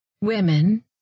Women